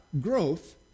growth